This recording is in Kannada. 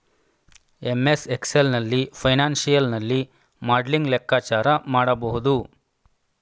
ಎಂ.ಎಸ್ ಎಕ್ಸೆಲ್ ನಲ್ಲಿ ಫೈನಾನ್ಸಿಯಲ್ ನಲ್ಲಿ ಮಾಡ್ಲಿಂಗ್ ಲೆಕ್ಕಾಚಾರ ಮಾಡಬಹುದು